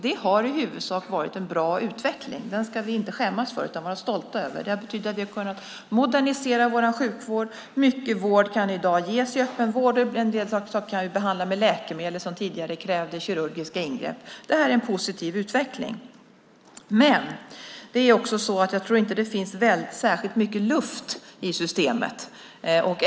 Det har i huvudsak varit en bra utveckling. Den ska vi inte skämmas för utan i stället vara stolta över. Det har betytt att vi kunnat modernisera vår sjukvård. Mycket vård kan i dag ges i öppenvård, och en del saker som tidigare krävde kirurgiska ingrepp kan vi i dag behandla med läkemedel. Det är en positiv utveckling. Jag tror emellertid inte att det finns särskilt mycket luft i systemet.